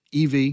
EV